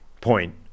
point